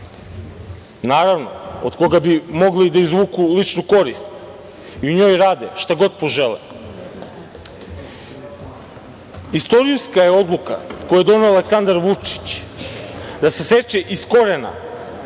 Naravno, od koga bi mogli da izvuku ličnu korist i u njoj rade šta god požele. Istorijska je odluka koju je doneo Aleksandar Vučić da saseče iz korena